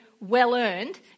well-earned